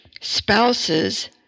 spouses